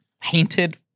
painted